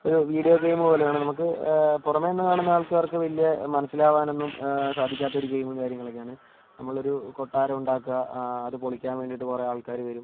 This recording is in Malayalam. ഒരു വീഡിയോ ഗെയിം പോലെയാണ് നമുക്ക് പുറമേനിന്ന് കാണുന്ന ആൾക്കാർക്ക് വലിയ മനസ്സിലാവാൻ ഒന്നും സാധിക്കാത്തൊരു ഗെയിമും കാര്യങ്ങളൊക്കെയാണ് നമ്മളൊരു കൊട്ടാരം ഉണ്ടാക്കുക അത് പൊളിക്കാൻ വേണ്ടിയിട്ട് കുറെ ആൾക്കാർ വരും